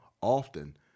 Often